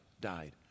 died